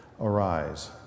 arise